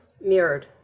mirrored